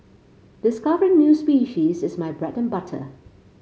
discovering new species is my bread and butter